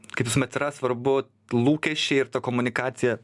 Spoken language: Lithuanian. kaip visuomet yra svarbu lūkesčiai ir ta komunikacija